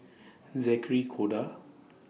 Zackery Koda